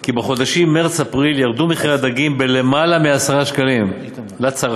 כי בחודשים מרס ואפריל ירדו מחירי הדגים בלמעלה מ-10 שקלים לצרכן,